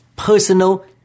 personal